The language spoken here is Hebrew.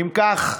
אם כך,